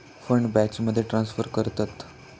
fund बॅचमध्ये transfer करतत